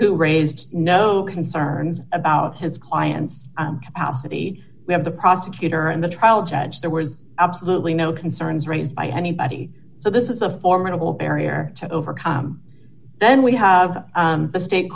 who raised no concerns about his client's our city we have the prosecutor and the trial judge there were absolutely no concerns raised by anybody so this is a formidable barrier to overcome then we have the state